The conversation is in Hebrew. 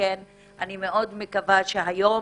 אני מאד מקווה שהיום,